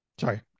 Sorry